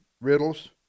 riddles